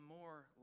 more